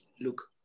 Look